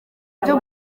ibyo